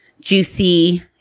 juicy